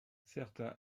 certains